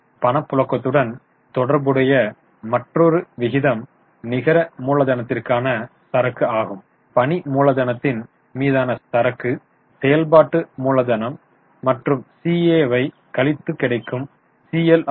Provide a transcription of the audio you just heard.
பணப்புழக்கத்துடன் தொடர்புடைய மற்றொரு விகிதம் நிகர மூலதனத்திற்கான சரக்கு பணி மூலதனத்தின் மீதான சரக்கு செயல்பாட்டு மூலதனம் மற்றும் CA வை கழித்து கிடைக்கும் CL ஆகும்